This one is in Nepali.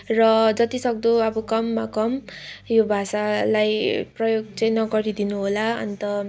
र जति सक्दो अब कममा कम यो भाषालाई प्रयोग चाहिँ नगरिदिनु होला अन्त